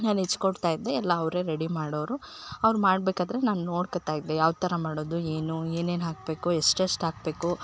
ನಾನು ಹೆಚ್ಕೊಡ್ತಾ ಇದ್ದೆ ಎಲ್ಲ ಅವರೇ ರೆಡಿ ಮಾಡೋರು ಅವ್ರು ಮಾಡಬೇಕಾದ್ರೆ ನಾನು ನೋಡ್ಕೋತಾ ಇದ್ದೆ ಯಾವ ಥರ ಮಾಡೋದು ಏನು ಏನೇನು ಹಾಕಬೇಕು ಎಷ್ಟೆಷ್ಟು ಹಾಕ್ಬೇಕು